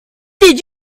did